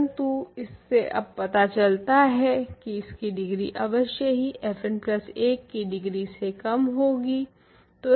परंतु यह मुझे बताता है की इसकी डिग्री fn प्लस 1 की डिग्री से अवश्य कम होगी